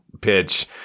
pitch